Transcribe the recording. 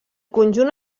conjunt